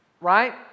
right